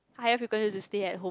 higher frequent to stay home